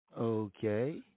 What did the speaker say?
Okay